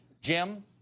Jim